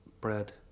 bread